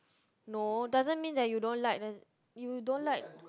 no doesn't mean that you don't like then you don't like